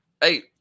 Hey